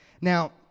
Now